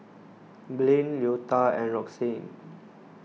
Blain Leota and Roxanne